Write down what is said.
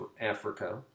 Africa